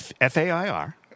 F-A-I-R